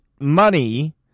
money